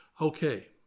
Okay